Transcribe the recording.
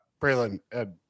Braylon